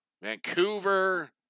Vancouver